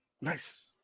Nice